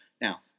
Now